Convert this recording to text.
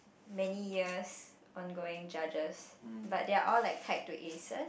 many years ongoing judges but they're all like tied to aces